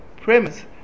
premise